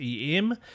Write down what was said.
EM